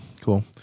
cool